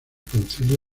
concilio